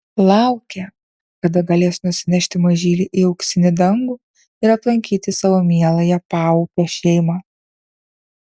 laukė kada galės nusinešti mažylį į auksinį dangų ir aplankyti savo mieląją paupio šeimą